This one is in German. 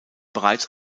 bereits